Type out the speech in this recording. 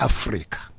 Africa